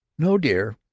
no, dear.